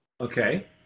Okay